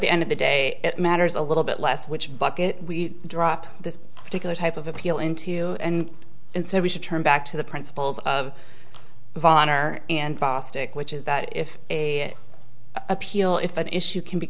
the end of the day it matters a little bit less which bucket we drop this particular type of appeal into and instead we should turn back to the principles of of honor and bostic which is that if a appeal if an issue can be